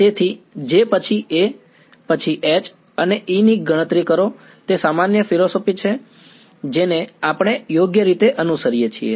તેથી J પછી A પછી H અને E ની ગણતરી કરો તે સામાન્ય ફિલસૂફી છે જેને આપણે યોગ્ય રીતે અનુસરીએ છીએ